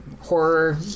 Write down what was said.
horror